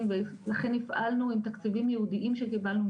ולכן הפעלנו עם תקציבים ייעודיים שקיבלנו,